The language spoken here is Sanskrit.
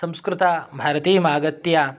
संस्कृतभारतीं आगत्य